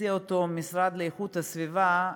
הציע אותו המשרד להגנת הסביבה,